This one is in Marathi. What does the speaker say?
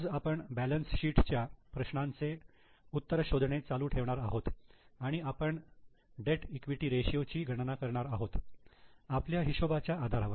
आज आपण बॅलन्स शीट च्या प्रश्नाचे उत्तर शोधणे चालू ठेवणार आहोत आणि आपण डेट इक्विटी रेशियो ची गणना करणार आहोत आपल्या हिशोबाच्या आधारावर